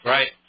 Right